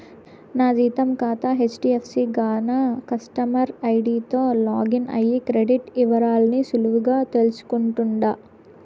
నా జీతం కాతా హెజ్డీఎఫ్సీ గాన కస్టమర్ ఐడీతో లాగిన్ అయ్యి క్రెడిట్ ఇవరాల్ని సులువుగా తెల్సుకుంటుండా